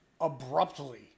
Abruptly